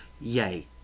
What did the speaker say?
Yay